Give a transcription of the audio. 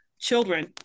children